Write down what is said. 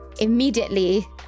Immediately